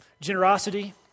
generosity